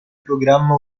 programma